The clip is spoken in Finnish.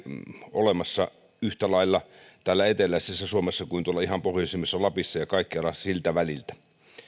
olemassa yhtä lailla täällä eteläisessä suomessa kuin tuolla ihan pohjoisimmassa lapissa ja kaikkialla siltä väliltä